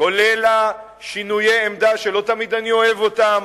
כולל שינויי העמדה, שלא תמיד אני אוהב אותם,